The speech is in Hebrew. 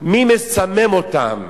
מי מסמם אותם,